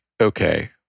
okay